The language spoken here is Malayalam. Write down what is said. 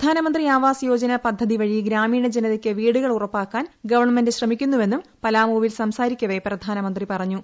പ്രധാനമന്ത്രി ആവാസ് യോജന പദ്ധതി വഴി ഗ്രാമീണ ജന തയ്ക്ക് വീടുകൾ ഉറപ്പാക്കാൻ ഗവൺമെന്റ് ശ്രമിക്കുന്നുവെന്നും പലാമുവിൽ സംസാരിക്കവെ പ്രധാനമന്ത്രി പറഞ്ഞു